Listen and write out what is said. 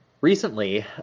recently